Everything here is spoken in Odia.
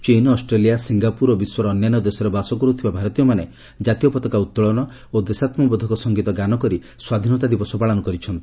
ଚୀନ୍ ଅଷ୍ଟ୍ରେଲିୟା ସିଙ୍ଗାପୁର ଓ ବିଶ୍ୱର ଅନ୍ୟାନ୍ୟ ଦେଶରେ ବାସ କରୁଥିବା ଭାରତୀୟମାନେ କାତୀୟ ପତାକା ଉତ୍ତୋଳନ ଓ ଦେଶାତ୍ରୁବୋଧକ ସଙ୍ଗୀତ ଗାନ କରି ସ୍ୱାଧୀନତା ଦିବସ ପାଳନ କରିଛନ୍ତି